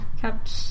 kept